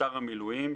אתר המילואים,